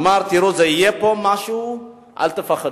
אמר: תראו, יהיה פה משהו, אל תפחדו.